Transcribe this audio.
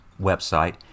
website